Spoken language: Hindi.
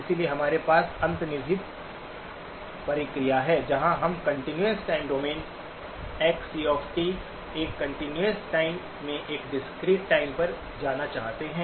इसलिए हमारे पास अंतर्निहित प्रक्रिया है जहां हम कंटीन्यूअस टाइम डोमेन xc एक कंटीन्यूअस टाइम से एक डिस्क्रीट-टाइम पर जाना चाहते हैं